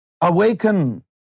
awaken